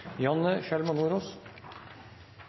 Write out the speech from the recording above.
Janne Sjelmo Nordås.